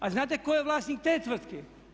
A znate tko je vlasnik te tvrtke?